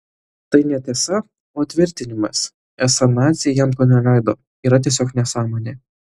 tai netiesa o tvirtinimas esą naciai jam to neleido yra tiesiog nesąmonė